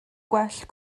gwell